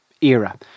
era